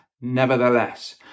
nevertheless